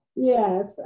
yes